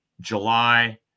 July